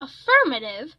affirmative